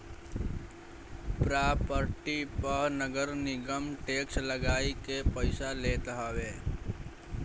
property पअ नगरनिगम tax लगाइ के पईसा लेत हवे